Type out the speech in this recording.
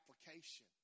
application